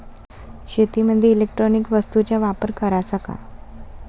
शेतीमंदी इलेक्ट्रॉनिक वस्तूचा वापर कराचा का?